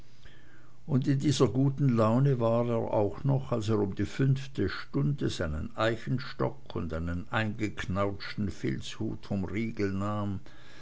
und in dieser guten laune war er auch noch als er um die fünfte stunde seinen eichenstock und seinen eingeknautschten filzhut vom riegel nahm